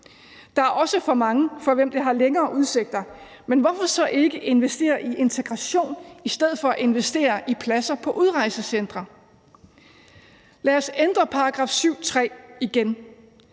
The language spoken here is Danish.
Der er også for mange, for hvem det har længere udsigter, men hvorfor så ikke investere i integration i stedet for at investere i pladser på udrejsecentre? Lad os ændre § 7, stk. 3, igen,